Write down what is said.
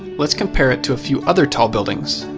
let's compare it to a few other tall buildings.